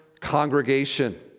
congregation